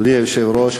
אדוני היושב-ראש,